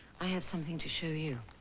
i have something to show you.